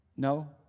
No